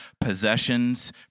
possessions